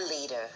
leader